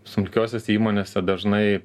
smulkiosiose įmonėse dažnai